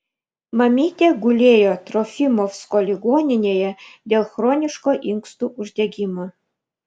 mamytė gulėjo trofimovsko ligoninėje dėl chroniško inkstų uždegimo